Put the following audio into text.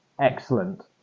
excellent